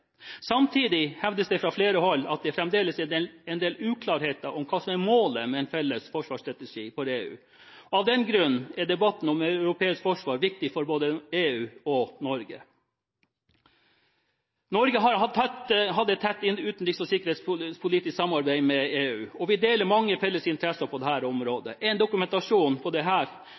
Samtidig hevdes det fra flere hold at det fremdeles er en del uklarheter om hva som er målet med en felles forsvarsstrategi for EU. Av den grunn er debatten om europeisk forsvar viktig for både EU og Norge. Norge har et tett utenriks- og sikkerhetspolitisk samarbeid med EU, og vi deler mange felles interesser på dette området. En dokumentasjon på